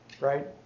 right